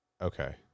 okay